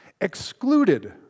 excluded